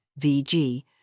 VG